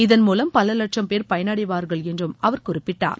இதன் மூவம் பல லட்சம் பேர் பயனடைவார்கள் என்று அவர் குறிப்பிட்டார்